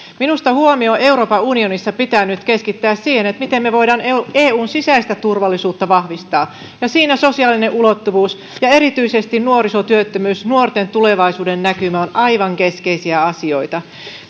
minusta huomio euroopan unionissa pitää nyt keskittää siihen miten me voimme eun sisäistä turvallisuutta vahvistaa siinä sosiaalinen ulottuvuus ja erityisesti nuorisotyöttömyys ja nuorten tulevaisuudennäkymä ovat aivan keskeisiä asioita